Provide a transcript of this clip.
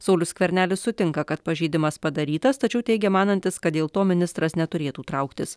saulius skvernelis sutinka kad pažeidimas padarytas tačiau teigia manantis kad dėl to ministras neturėtų trauktis